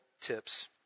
tips